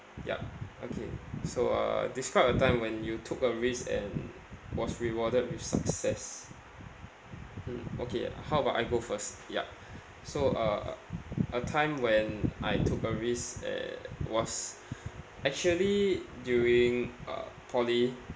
yup okay so uh describe a time when you took a risk and was rewarded with success mm okay how about I go first yup so uh a time when I took a risk uh was actually during uh poly